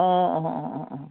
অঁ অঁ অঁ অঁ অঁ অঁ